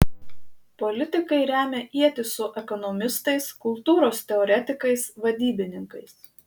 politikai remia ietis su ekonomistais kultūros teoretikais vadybininkais